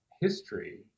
history